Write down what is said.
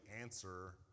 answer